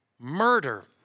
murder